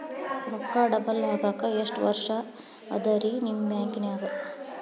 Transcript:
ರೊಕ್ಕ ಡಬಲ್ ಆಗಾಕ ಎಷ್ಟ ವರ್ಷಾ ಅದ ರಿ ನಿಮ್ಮ ಬ್ಯಾಂಕಿನ್ಯಾಗ?